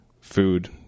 food